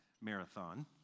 marathon